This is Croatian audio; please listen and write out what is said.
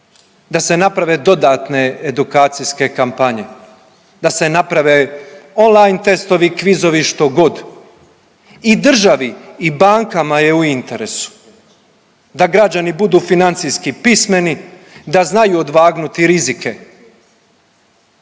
da se naprave dodatne edukacijske kampanje, da se naprave online testovi, kvizovi, što god, i državi i bankama je u interesu da građani budu financijski pismeni, da znaju odvagnuti rizike?